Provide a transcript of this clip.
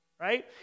right